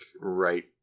right